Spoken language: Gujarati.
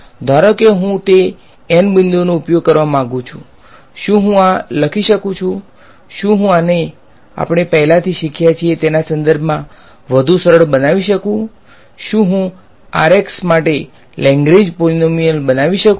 ધારો કે હું તે N બિંદુઓનો ઉપયોગ કરવા માંગુ છું શું હું આ લખી શકું છું શું હું આને આપણે પહેલાથી શીખ્યા છે તેના સંદર્ભમાં વધુ સરળ બનાવી શકું શું હું માટે લેગ્રેન્જ પોલીનોમીયલ બનાવી શકું